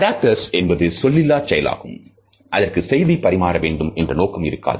adapters என்பது சொல்லிலா செயலாகும் அதற்கு செய்தி பரிமாற வேண்டும் என்று நோக்கம் இருக்காது